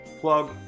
Plug